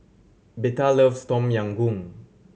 Betha loves Tom Yam Goong